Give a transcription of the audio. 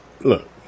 Look